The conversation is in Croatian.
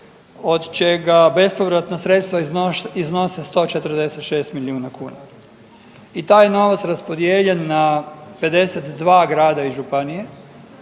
od čega bespovratna sredstva iznose 146 milijuna kuna i taj je novac raspodijeljen na 52 grada i županije